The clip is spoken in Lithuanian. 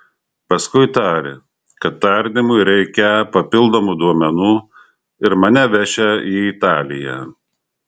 paskui tarė kad tardymui reikią papildomų duomenų ir mane vešią į italiją